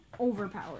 overpowered